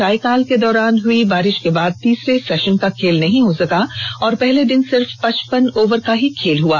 चायकाल के दौरान हुई बारिश के बाद तीसरे सेशन का खेल नहीं हो सका और पहले दिन सिर्फ पचपन ओवर का ही खेल हआ